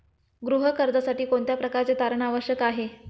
गृह कर्जासाठी कोणत्या प्रकारचे तारण आवश्यक आहे?